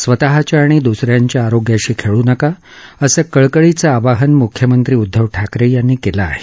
स्वतःच्या आणि द्रसऱ्यांच्या आरोग्याशी खेळ नका असं कळकळीचं आवाहन मुख्यमंत्री उद्धव ठाकरे यांनी केलं आहे